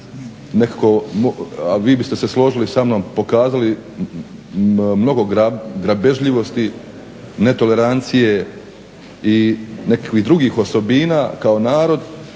smo mi a vi biste se složili sa mnom, pokazali mnogo grabežljivosti, netolerancije i nekakvih drugih osobina kao narod